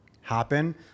happen